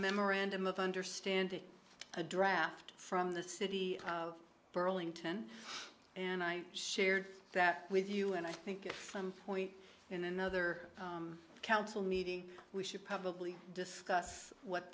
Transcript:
memorandum of understanding a draft from the city of burlington and i shared that with you and i think in some point in another council meeting we should probably discuss what